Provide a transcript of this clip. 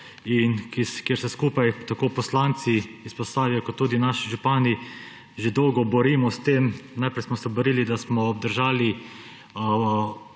kjer se skupaj tako poslanci iz Posavja kot tudi naši župani že dolgo borimo s tem – najprej smo se borili, da smo obdržali